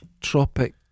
Tropic